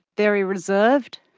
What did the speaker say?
very reserved.